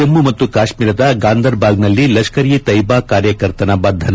ಜಮ್ಮು ಮತ್ತು ಕಾಶ್ಮೀರದ ಗಾಂದರ್ಬಾಲ್ನಲ್ಲಿ ಲಷ್ಕರ್ ಎ ತಯ್ಯಬಾ ಕಾರ್ಯಕರ್ತನ ಬಂಧನ